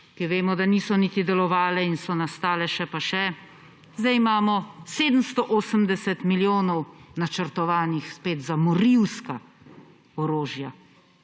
ki vemo, da niso niti delovale in so nas stale še in še, zdaj imamo 780 milijonov načrtovanih spet za morilska orožja.